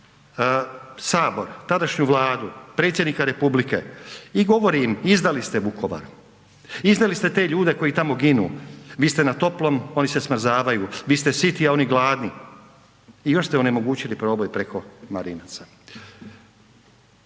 Sabor, tadašnju Vladu, predsjednika republike i govori im, izdali ste Vukovar. Izdali ste te ljude koji tamo ginu. Vi ste na toplom, oni se smrzavaju. Vi ste siti, a oni gladni i još ste onemogućili proboj preko Marinaca.